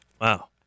Wow